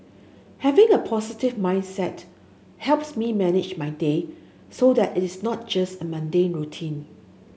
having a positive mindset helps me manage my day so that it is not just a mundane routine